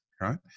right